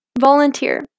Volunteer